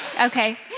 okay